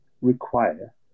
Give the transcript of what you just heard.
require